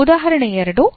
ಉದಾಹರಣೆ 2